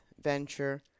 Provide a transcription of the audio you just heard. venture